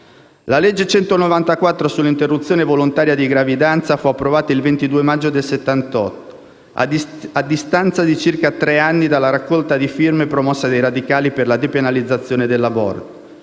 La legge n. 194, sull'interruzione volontaria di gravidanza, fu approvata il 22 maggio del 1978, a distanza di circa tre anni dalla raccolta di firme promossa dai radicali per la depenalizzazione dell'aborto.